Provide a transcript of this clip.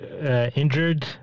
Injured